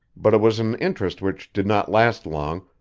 but it was an interest which did not last long,